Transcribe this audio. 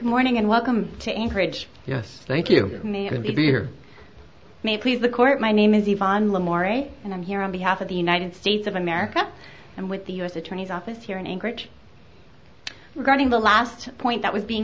morning and welcome to anchorage yes thank you for me going to be here may please the court my name is even and i'm here on behalf of the united states of america and with the u s attorney's office here in anchorage regarding the last point that was being